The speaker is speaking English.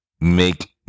make